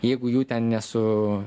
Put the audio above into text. jeigu jų ten nesu